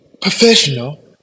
professional